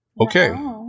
Okay